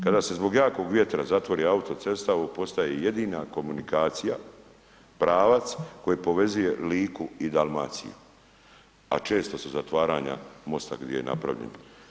Kada se zbog jakog vjetra zatvori autocesta ovo postoje jedina komunikacija pravac koji povezuje Liku i Dalmaciju a često su zatvaranja mosta gdje je napravljen.